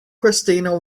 christina